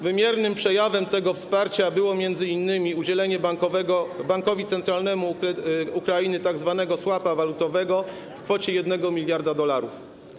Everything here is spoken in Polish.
Wymiernym przejawem tego wsparcia było między innymi udzielenie bankowi centralnemu Ukrainy tzw. swapa walutowego w kwocie 1 mld dolarów.